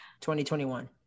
2021